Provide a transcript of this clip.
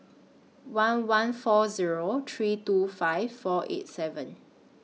one one four Zero three two five four eight seven